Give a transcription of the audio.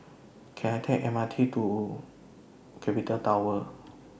Can I Take M R T to Capital Tower